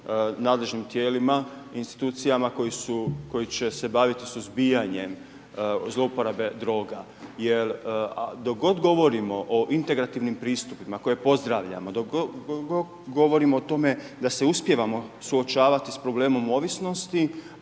nadležnim tijelima, institucijama koje će se baviti suzbijanjem zlouporabe droga? Jer dok god govorimo o integrativnim pristupima koje pozdravljam, dok god govorimo o tome da se uspijevamo suočavati sa problemom ovisnosti